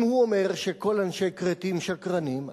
אם הוא אומר שכל אנשי כרתים שקרנים,